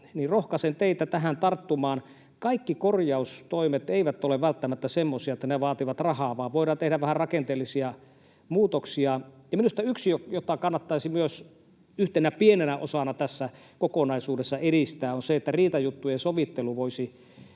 Rohkaisen teitä tähän tarttumaan. Kaikki korjaustoimet eivät ole välttämättä semmoisia, että ne vaativat rahaa, vaan voidaan tehdä vähän rakenteellisia muutoksia. Minusta yksi, jota kannattaisi myös yhtenä pienenä osana tässä kokonaisuudessa edistää, on se, että myös riitajuttujen sovittelu voisi